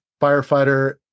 firefighter